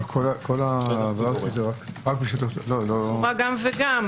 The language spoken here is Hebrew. גם וגם.